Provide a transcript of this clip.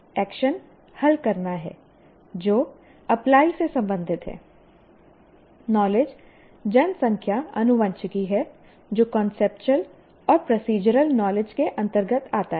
action हल करना है जो अप्लाई से संबंधित है नॉलेज जनसंख्या आनुवंशिकी है जो कांसेप्चुअल और प्रोसीजरल नॉलेज के अंतर्गत आता है